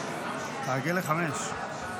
תעגל לחמש.